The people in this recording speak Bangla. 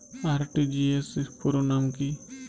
আর.টি.জি.এস পুরো নাম কি?